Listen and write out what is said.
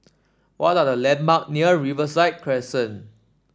what are the landmarks near Riverside Crescent